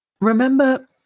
Remember